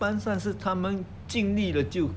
单是他们经历了就